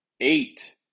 eight